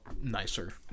nicer